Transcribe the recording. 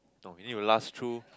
no we need to last through